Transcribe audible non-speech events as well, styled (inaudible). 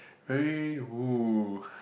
very (noise)